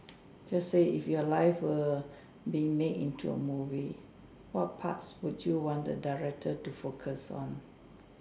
just say if your life were being made into a movie what parts would you like the director to focus on